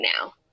now